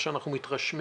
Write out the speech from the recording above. כפי שאנחנו מתרשמים,